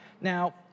Now